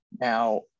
now